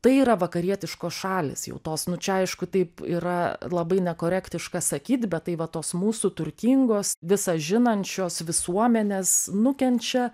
tai yra vakarietiškos šalys jau tos nu čia aišku taip yra labai nekorektiška sakyt bet tai va tos mūsų turtingos visa žinančios visuomenės nukenčia